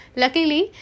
luckily